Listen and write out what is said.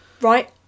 Right